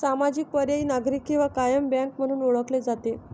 सामाजिक, पर्यायी, नागरी किंवा कायम बँक म्हणून ओळखले जाते